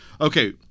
Okay